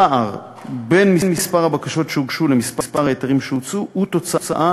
הפער בין מספר הבקשות שהוגשו למספר ההיתרים שהוצאו הוא תוצאה